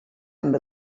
amb